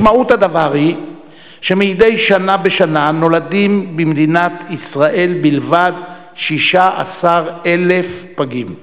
משמעות הדבר היא שמדי שנה ושנה נולדים במדינת ישראל בלבד 16,000 פגים.